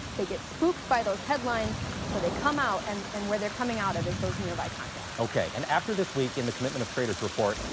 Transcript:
they get spooked by those headlines so they come out and and where they're coming out of is those nearby contracts. pearson okay. and after this week in the commitment of traders report,